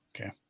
Okay